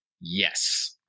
yes